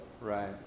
Right